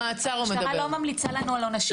המשטרה לא ממליצה לנו על עונשים.